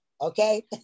okay